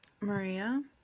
Maria